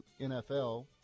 NFL